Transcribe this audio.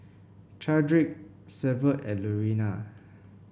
Chadrick Severt and Lurena